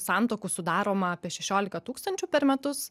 santuokų sudaroma apie šešiolika tūkstančių per metus